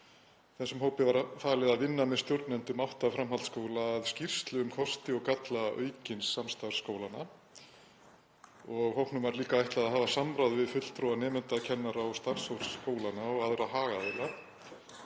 Þessum hópi var falið að vinna með stjórnendum átta framhaldsskóla að skýrslu um kosti og galla aukins samstarfs skólanna. Hópnum var líka ætlað að hafa samráð við fulltrúa nemenda, kennara og starfsfólks skólanna og aðra hagaðila.